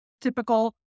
typical